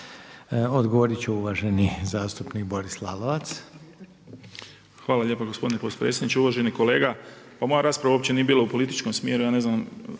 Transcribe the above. Odgovoriti će uvaženi zastupnik Boris Lalovac. **Lalovac, Boris (SDP)** Hvala lijepa gospodine potpredsjedniče. Uvaženi kolega, pa moja rasprava uopće nije bila u političkom smjeru,